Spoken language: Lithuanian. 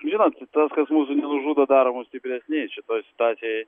žinot tas kas mūsų nenužudo daro mus stipresniais šitoj situacijoj